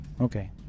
Okay